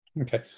Okay